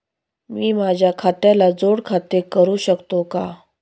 मी माझ्या खात्याला जोड खाते करू शकतो का?